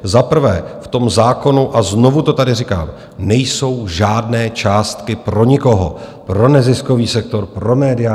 Za prvé, v tom zákonu, a znovu to tady říkám, nejsou žádné částky pro nikoho, pro neziskový sektor, pro média.